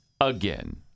again